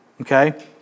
Okay